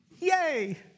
Yay